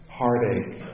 heartache